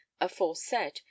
aforesaid